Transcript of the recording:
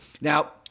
Now